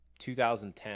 2010